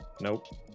Nope